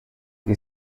che